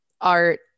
Art